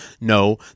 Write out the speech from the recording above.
No